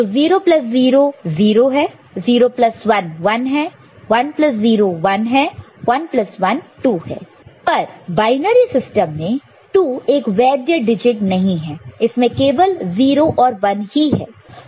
तो 00 का मूल्य 0 है 01 का मूल्य 1 है 10 का मूल्य 1 है 11 का मूल्य 2 है पर बायनरी सिस्टम में 2 एक वैद्य वैलिड valid डिजिट नहीं है इसमें केवल 0 और 1 ही है